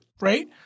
Right